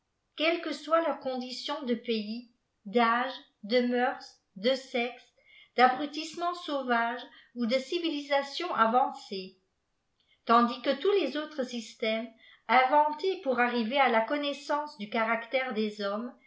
quelle que soit leur condition de pays dftge de mœurs de sexe d'abrutissement sauvage ou de civilisation avancée tandis que tous les autres systèmes inventés pour arriver à la connaissance du caractère des hommes